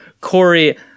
Corey